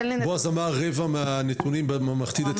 בעז אמר רבע מהממלכתי דתי.